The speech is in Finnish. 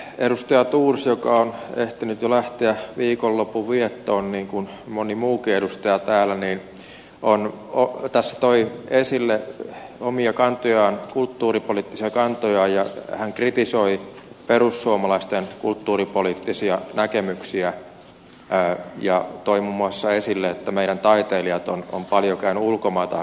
edustaja thors joka on ehtinyt jo lähteä viikonlopun viettoon niin kuin moni muukin edustaja täällä tässä toi esille omia kulttuuripoliittisia kantojaan ja hän kritisoi perussuomalaisten kulttuuripoliittisia näkemyksiä ja toi muun muassa esille että meidän taiteilijamme ovat paljon käyneet ulkomailta hakemassa oppia